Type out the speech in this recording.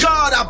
God